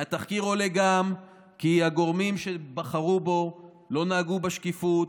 מהתחקיר עולה גם כי הגורמים שבחרו בו לא נהגו בשקיפות,